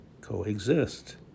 coexist